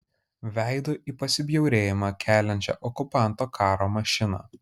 veidu į pasibjaurėjimą keliančią okupanto karo mašiną